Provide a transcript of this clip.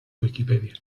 wikipedia